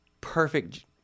perfect